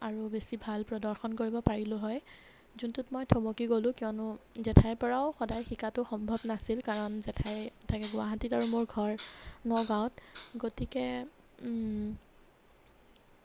আৰু বেছি ভাল প্ৰদৰ্শন কৰিব পাৰিলোঁ হয় যোনটোত মই থমকি গ'লোঁ কিয়নো জেঠাইৰ পৰাও সদায় শিকাটো সম্ভৱ নাছিল কাৰণ জেঠাই থাকে গুৱাহাটীত আৰু মোৰ ঘৰ নগাওঁত গতিকে